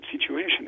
situation